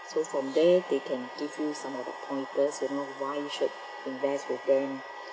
so from there they can give you some of the pointers you know why you should invest with them